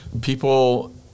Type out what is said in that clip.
People